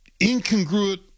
incongruent